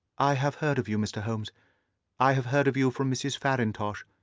i have heard of you, mr. holmes i have heard of you from mrs. farintosh,